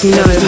no